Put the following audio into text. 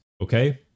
Okay